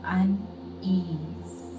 unease